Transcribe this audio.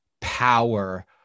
power